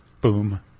Boom